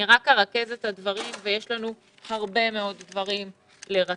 אני רק ארכז את הדברים ויש לנו הרבה מאוד דברים לרכז.